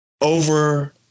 Over